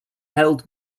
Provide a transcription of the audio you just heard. held